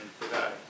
today